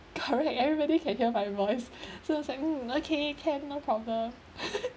correct everybody can hear my voice so I was like mm okay can no problem